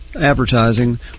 advertising